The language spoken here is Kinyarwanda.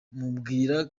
mubwira